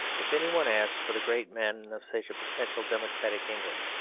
if anyone asks for the great men of such a potential democratic england,